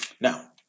Now